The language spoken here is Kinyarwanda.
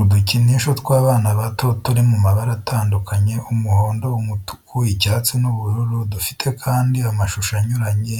Udukinisho tw'abana bato turi mu mabara atandukanye umuhondo, umutuku, icyatsi, n'ubururu dufite kandi amashusho anyuranye